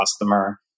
customer